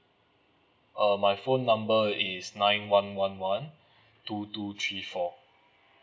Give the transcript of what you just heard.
uh my phone number is nine one one one two two three four